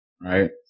right